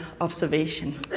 observation